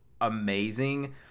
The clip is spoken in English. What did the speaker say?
amazing